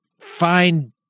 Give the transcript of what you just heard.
find